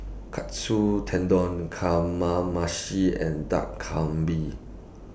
Katsu Tendon Kamameshi and Dak